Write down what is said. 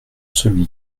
celui